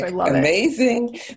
amazing